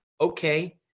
okay